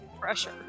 Pressure